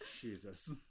Jesus